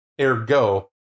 Ergo